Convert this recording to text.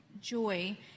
joy